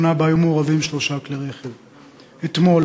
בתאונה